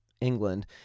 England